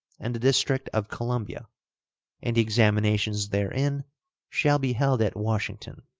and the district of columbia and the examinations therein shall be held at washington.